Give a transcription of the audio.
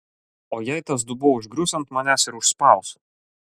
o jei tas dubuo užgrius ant manęs ir užspaus